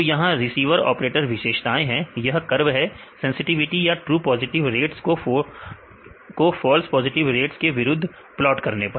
तो यहां receiver operator विशेषताएं हैं यह कर्व है सेंसटिविटी या ट्रू पॉजिटिव रेट्स को फॉल्स पॉजिटिव रेट्स के विरुद्ध प्लॉट करने पर